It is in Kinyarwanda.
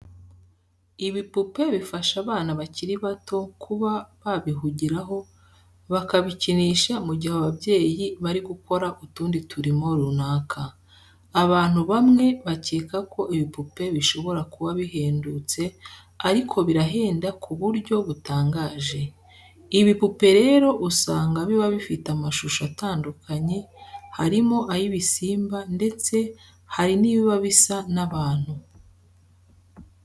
Ibipupe bifasha abana bakiri bato kuba babihugiraho, bakabikinisha mu gihe ababyeyi bari gukora utundi turimo runaka. Abantu bamwe bakeka ko ibipupe bishobora kuba bihendutse ariko birahenda ku buryo butangaje. Ibipupe rero usanga biba bifite amashusho atandukanye harimo ay'ibisimba ndetse hari n'ibiba bisa n'abantu.